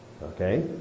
Okay